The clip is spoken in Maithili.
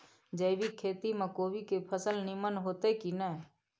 जैविक खेती म कोबी के फसल नीमन होतय की नय?